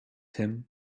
him